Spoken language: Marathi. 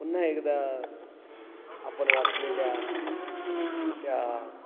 पुन्हा एकदा आपण वाचलेल्या त्या